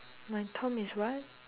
my tom is what